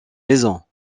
maisons